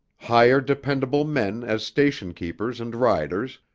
hire dependable men as station-keepers and riders,